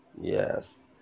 Yes